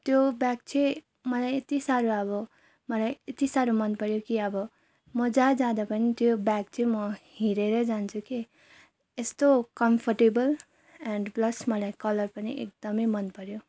त्यो ब्याग चाहिँ मलाई यति साह्रो अब मलाई एति साह्रो मनपर्यो कि आब म जा जाँदा पनि त्यो ब्याग चै म हेरेर जान्छु के एस्तो कम्फर्टेबल एन्ड प्लस मलाई कलर पनि एकदमै मनपर्यो